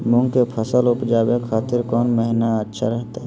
मूंग के फसल उवजावे खातिर कौन महीना अच्छा रहतय?